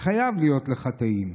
זה חייב להיות לך טעים,